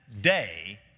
day